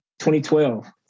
2012